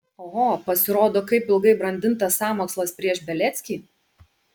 oho pasirodo kaip ilgai brandintas sąmokslas prieš beliackį